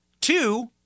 Two